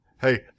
Hey